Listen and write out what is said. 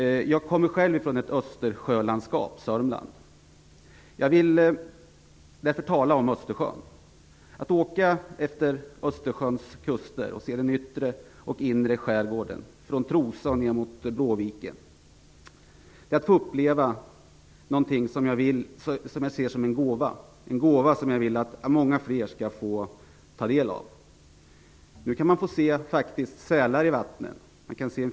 Jag kommer själv från ett Östersjölandskap, Sörmland. Jag vill därför tala om Östersjön. Att åka efter Östersjöns kuster och se den yttre och den inre skärgården från Trosa ner mot Bråviken är att få uppleva någonting som jag ser som en gåva, en gåva som jag vill att många fler skall få ta del av. Nu kan man få se sälar i vattnet.